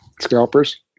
Scalpers